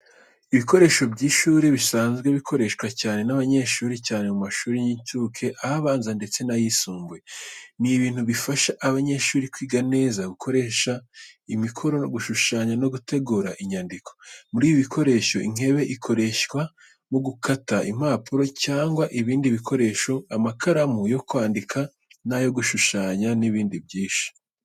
Ibikoresho by’ishuri bisanzwe bikoreshwa cyane n’abanyeshuri cyane mu mashuri y'incuke, abanza ndetse n’ayisumbuye. Ni ibintu bifasha abanyeshuri kwiga neza gukora imikoro gushushanya no gutegura inyandiko. Muri ibi bikoresho, inkebe ikoreshwa mu gukata impapuro cyangwa ibindi bikoresho, amakaramu yo kwandika na yo gushushanya n'ibindi byinshi.